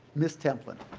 ms. templin